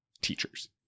teachers